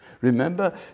Remember